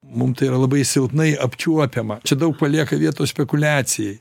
mum tai yra labai silpnai apčiuopiama čia daug palieka vietos spekuliacijai